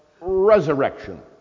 resurrection